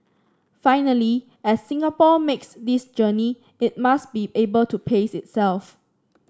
finally as Singapore makes this journey it must be able to pace itself